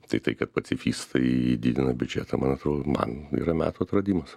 tai tai kad pacifistai didina biudžetą man atrodo man yra metų atradimas